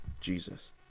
Jesus